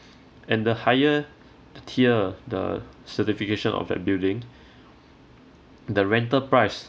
and the higher t~ tier the certification of that building the rental price